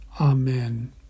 Amen